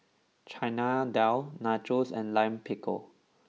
Chana Dal Nachos and Lime Pickle